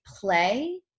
play